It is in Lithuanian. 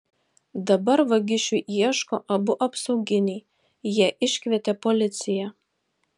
dabar vagišių ieško abu apsauginiai jie iškvietė policiją